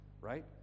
right